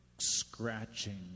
Scratching